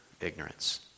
ignorance